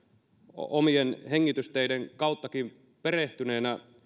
omien hengitysteiden kauttakin perehtyneenä